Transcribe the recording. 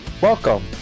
welcome